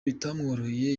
bitamworoheye